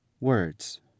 Words